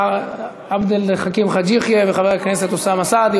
חבר הכנסת עבד אל חכים חאג' יחיא וחבר הכנסת אוסאמה סעדי,